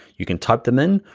you can type them in,